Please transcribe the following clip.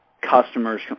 customers